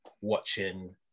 watching